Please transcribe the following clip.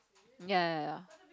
ya ya ya